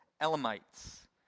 Elamites